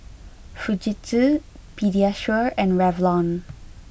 Fujitsu Pediasure and Revlon